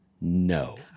No